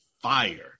fire